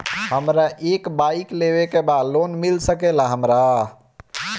हमरा एक बाइक लेवे के बा लोन मिल सकेला हमरा?